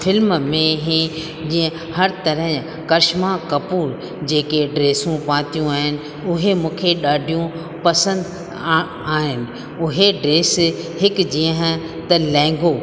film में ई जीअं हर तरह कशमा कपूर जेके ड्रेसूं पातियूं आहिनि उहे मूंखे ॾाढियूं पसंदि आहे आहिनि उहे ड्रेस हिकु जीअं त लहंगो